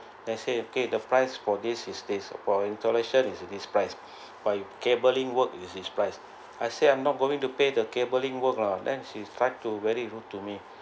they say okay the price for this is this for installation is this price but if cabling work is this price I say I'm not going to pay the cabling work lah then she tried to very rude to me